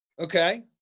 Okay